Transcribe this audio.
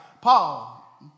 Paul